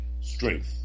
strength